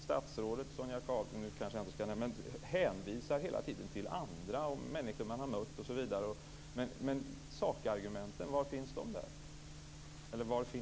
Statsrådet hänvisar hela tiden till andra, till människor han har mött osv. Var finns sakargumenten?